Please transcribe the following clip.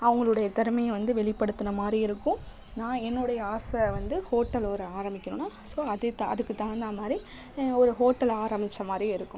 அவங்களுடைய திறமைய வந்து வெளிப்படுத்தினமாரியும் இருக்கும் நான் என்னுடைய ஆசை வந்து ஹோட்டல் ஒரு ஆரம்பிக்கணுன்னால் ஸோ அதுதான் அதுக்கு தகுந்தமாரி ஒரு ஹோட்டல் ஆரம்பித்தமாரியும் இருக்கும்